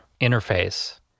interface